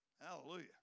Hallelujah